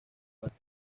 barco